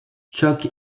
choc